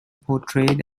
portrayed